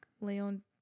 Leon